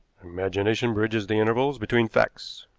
imagination bridges the intervals between facts,